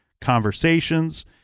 conversations